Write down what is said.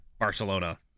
Barcelona